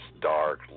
dark